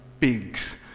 pigs